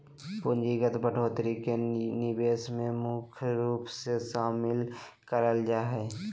पूंजीगत बढ़ोत्तरी के निवेश मे मुख्य रूप से शामिल करल जा हय